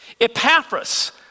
Epaphras